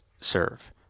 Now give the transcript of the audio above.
serve